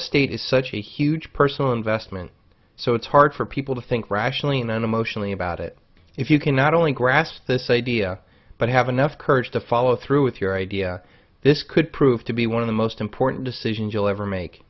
estate is such a huge personal investment so it's hard for people to think rationally in an emotionally about it if you can not only grassed this idea but have enough courage to follow through with your idea this could prove to be one of the most important decisions you'll ever make